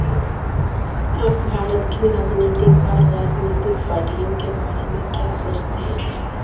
आप भारत की राजनीतिक और राजनीतिक पार्टियों के बारे में क्या सोचते हैं